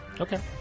Okay